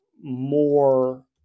more